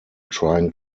trying